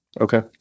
Okay